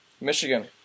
Michigan